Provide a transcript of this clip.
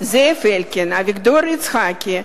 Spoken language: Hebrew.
אלקין ואביגדור יצחקי,